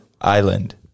Island